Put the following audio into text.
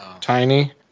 Tiny